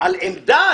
על עמדה?